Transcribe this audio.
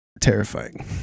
terrifying